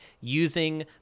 using